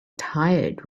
tired